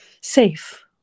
safe